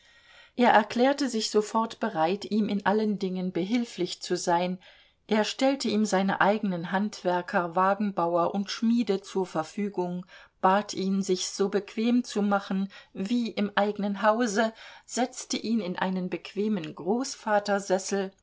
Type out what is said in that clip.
er erklärte sich sofort bereit ihm in allen dingen behilflich zu sein er stellte ihm seine eigenen handwerker wagenbauer und schmiede zur verfügung bat ihn sich's so bequem zu machen wie im eigenen hause setzte ihn in einen bequemen